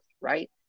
right